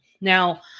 Now